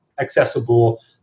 accessible